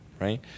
right